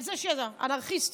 על זה, אנרכיסטית.